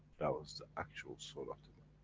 that was the actual soul of the